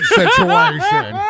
situation